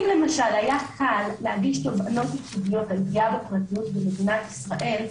אם למשל היה קל להגיש תובענות ייצוגיות על פגיעה בפרטיות במדינת ישראל,